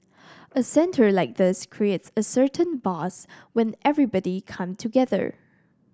a centre like this creates a certain buzz when everybody come together